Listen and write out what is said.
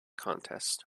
contests